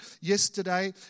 yesterday